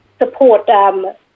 support